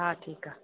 हा ठीकु आहे